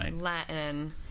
Latin